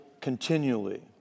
continually